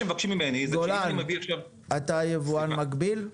גולן, אתה יבואן מקביל?